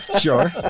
Sure